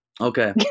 Okay